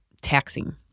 taxing